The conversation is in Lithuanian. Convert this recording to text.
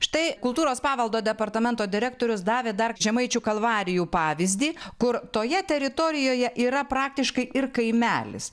štai kultūros paveldo departamento direktorius davė dar žemaičių kalvarijų pavyzdį kur toje teritorijoje yra praktiškai ir kaimelis